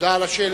תודה על השאלה.